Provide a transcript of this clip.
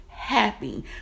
happy